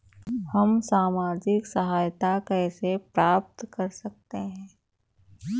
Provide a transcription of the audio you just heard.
हम सामाजिक सहायता कैसे प्राप्त कर सकते हैं?